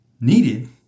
needed